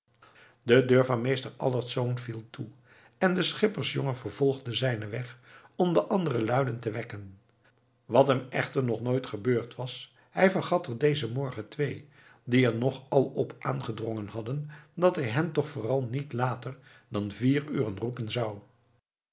de deur van meester allertsz viel toe en de schippersjongen vervolgde zijnen weg om de andere luiden te wekken wat hem echter nooit gebeurd was hij vergat er dezen morgen twee die er nog al op aangedrongen hadden dat hij hen toch vooral niet later dan vier uren roepen zou